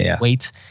weights